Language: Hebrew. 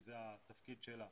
זה התפקיד שלה